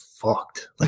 fucked